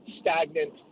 stagnant